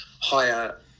higher